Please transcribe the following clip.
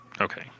Okay